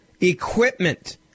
equipment